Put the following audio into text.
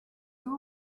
too